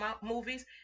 movies